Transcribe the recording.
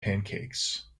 pancakes